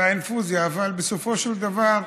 אבל בסופו של דבר,